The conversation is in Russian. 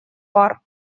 пар